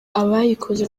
abayikoze